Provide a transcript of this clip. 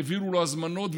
והעבירו לו הזמנות,